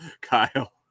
Kyle